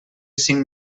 cinc